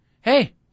hey